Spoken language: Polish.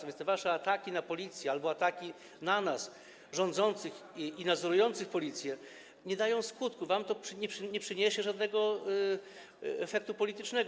A więc te wasze ataki na Policję albo ataki na nas, rządzących i nadzorujących Policję, nie dają skutku, wam to nie przyniesie żadnego efektu politycznego.